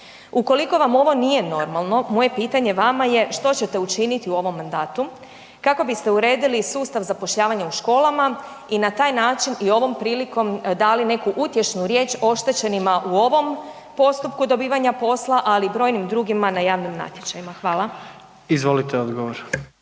Ukoliko vam ovo nije normalno, moje pitanje vama je što ćete učiniti u ovom mandatu kako biste uredili sustav zapošljavanja u školama i na taj način i ovom prilikom dali neku utješnu riječ oštećenima u ovom postupku dobivanja posla ali i brojim drugima na javnim natječajima? Hvala. **Jandroković,